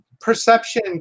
perception